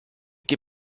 get